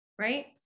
right